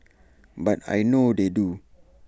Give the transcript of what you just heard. but I know they do